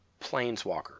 Planeswalker